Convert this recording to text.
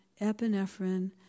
epinephrine